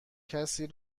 کسی